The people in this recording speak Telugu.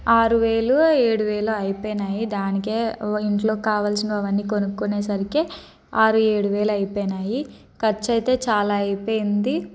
ఆరు వేలు ఏడు వేలు అయిపోయినాయి దానికి ఇంట్లో కావలసిన అవన్నీ కొనుక్కునేసరికి ఆరు ఏడువేలు అయిపోయినాయి ఖర్చు అయితే చాలా అయిపోయింది